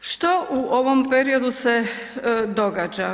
Što u ovom periodu se događa?